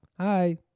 Hi